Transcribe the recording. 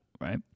right